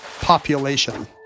population